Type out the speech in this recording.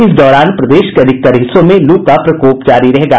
इस दौरान प्रदेश के अधिकतर हिस्सों में लू का प्रकोप जारी रहेगा